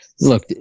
Look